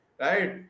right